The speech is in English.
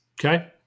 Okay